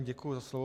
Děkuji za slovo.